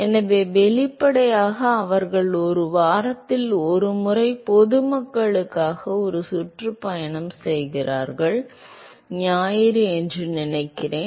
எனவே வெளிப்படையாக அவர்கள் ஒரு வாரத்தில் ஒரு முறை பொதுமக்களுக்காக ஒரு சுற்றுப்பயணம் செய்கிறார்கள் ஞாயிறு என்று நினைக்கிறேன்